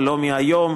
ולא מהיום.